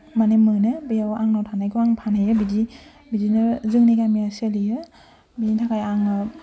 माने मोनो बेयाव आंनाव थानायखौ आं फानहैयो बिदि बिदिनो जोंनि गामिया सोलियो बिनि थाखाय आङो